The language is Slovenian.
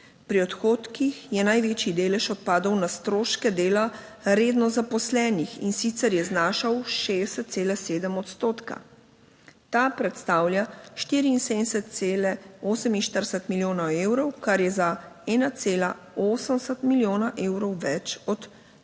Pri odhodkih je največji delež odpadel na stroške dela redno zaposlenih, in sicer je znašal 60,7 odstotka. Ta predstavlja 74,48 milijonov evrov, kar je za 1,80 milijona evrov več od